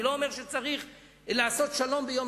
אני לא אומר שצריך לעשות שלום ביום